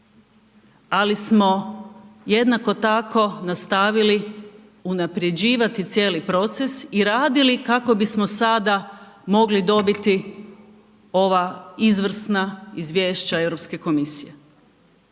ali smo jednako tako nastavili unapređivati cijeli proces i radili kako bismo sada mogli dobiti ova izvrsna izvješća Europske komisije.